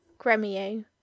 Gremio